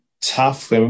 tough